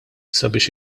sabiex